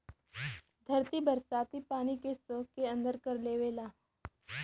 धरती बरसाती पानी के सोख के अंदर कर लेवला